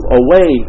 away